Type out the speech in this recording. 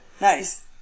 Nice